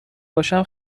باشم